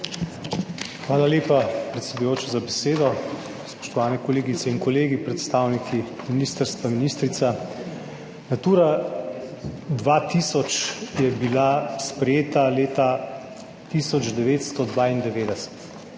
Hvala lepa, predsedujoča, za besedo. Spoštovani kolegice in kolegi, predstavniki ministrstva, ministrica! Natura 2000 je bila sprejeta leta 1992.